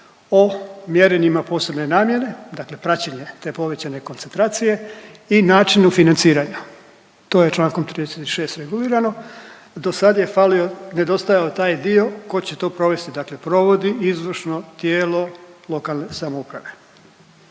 o mjerenjima posebne namjene, dakle praćenje te povećane koncentracije i načinu financiranja. To je čl. 36 regulirano. Do sad je falio, nedostajao je taj dio tko će to provesti. Dakle provodi izvršno tijelo lokalne samouprave.